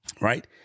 right